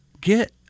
get